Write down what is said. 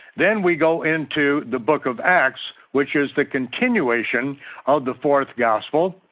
then we go into the book of acts, which is the continuation of the fourth gospel,